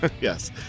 Yes